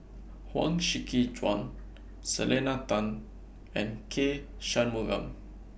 Huang Shiqi Joan Selena Tan and K Shanmugam